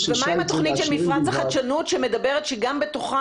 מה עם התוכנית של מפרץ החדשנות שמדברת על כך שגם בתוכה